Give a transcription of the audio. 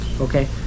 okay